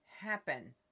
happen